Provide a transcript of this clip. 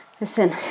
Listen